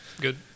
Good